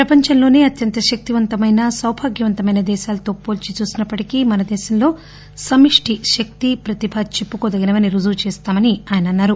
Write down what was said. ప్రపంచంలో అత్యంత శక్తిమంతమైన సౌభాగ్యవంతమైన దేశాలతో పోల్చి చూసినప్పటికీ మన దేశంలో సమిష్టి శక్తి ప్రతిభ చెప్పుకోదగినవని రుజువు చేస్తామని ఆయన అన్నారు